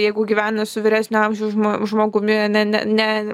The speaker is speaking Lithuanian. jeigu gyvena su vyresnio amžiaus žmo žmogumi a ne ne ne